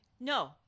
no